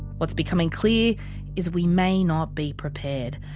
what's becoming clear is, we may not be prepared.